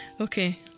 Okay